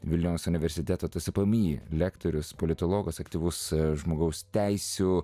vilniaus universiteto tspmi lektorius politologas aktyvus žmogaus teisių